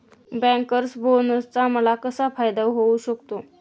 Bankers बोनसचा मला कसा फायदा होऊ शकतो?